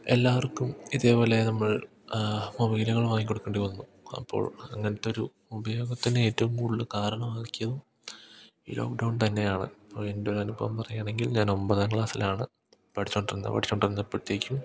എല്ലാവർക്കും ഇതേപോലെ നമ്മൾ മൊബൈലുകൾ വാങ്ങിക്കൊടുക്കേണ്ടിവന്നു അപ്പോൾ അങ്ങനത്തൊരു ഉപയോഗത്തിന് ഏറ്റവും കൂടുതല് കാരണമാക്കിയതും ഈ ലോക്ക്ഡൗൺ തന്നെയാണ് ഇപ്പോള് എൻ്റെയൊരു അനുഭവം പറയുകയാണെങ്കിൽ ഞാൻ ഒൻപതാം ക്ലാസിലാണ് പഠിച്ചുകൊണ്ടിരുന്നത് പഠിച്ചുകൊണ്ടിരുന്നപ്പോഴത്തേക്കും